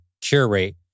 curate